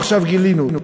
עכשיו גילינו אותם.